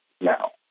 now